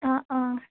অ অ